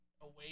away